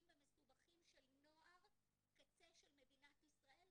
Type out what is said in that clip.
ומסובכים של נוער קצה של מדינת ישראל,